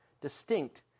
Distinct